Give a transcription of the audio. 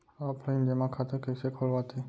Offline जेमा खाता कइसे खोलवाथे?